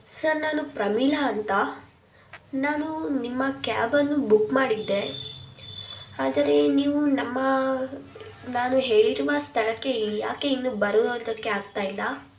sir ನಾನು ಪ್ರಮೀಳಾ ಅಂತ ನಾನು ನಿಮ್ಮ ಕ್ಯಾಬನ್ನು ಬುಕ್ ಮಾಡಿದ್ದೆ ಆದರೆ ನೀವು ನಮ್ಮ ನಾನು ಹೇಳಿರುವ ಸ್ಥಳಕ್ಕೆ ಯಾಕೆ ಇನ್ನು ಬರುವುದಕ್ಕೆ ಆಗ್ತಾ ಇಲ್ಲ